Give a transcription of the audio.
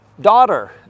daughter